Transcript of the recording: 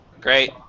Great